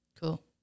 Cool